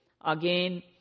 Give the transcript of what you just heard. Again